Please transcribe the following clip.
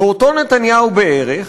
ואותו נתניהו בערך,